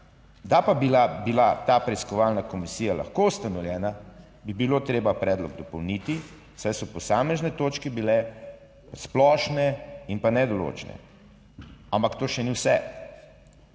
Da pa bila ta preiskovalna komisija lahko ustanovljena, bi bilo treba predlog dopolniti, saj so posamezne točke bile splošne in pa nedoločne. Ampak to še ni vse;